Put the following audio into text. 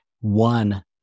one